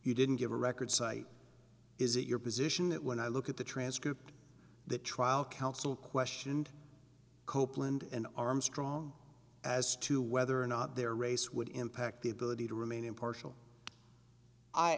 you didn't give a record cite is it your position that when i look at the transcript the trial counsel questioned copeland and armstrong as to whether or not their race would impact the ability to remain impartial i